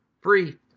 free